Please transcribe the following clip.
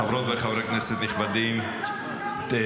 חברות וחברי כנסת נכבדים ------ אדוני.